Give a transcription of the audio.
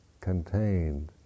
contained